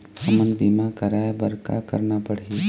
हमन बीमा कराये बर का करना पड़ही?